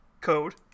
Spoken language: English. code